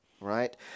right